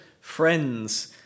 friends